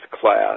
class